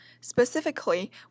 Specifically